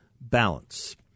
BALANCE